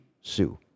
Sue